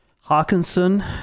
Hawkinson